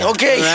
Okay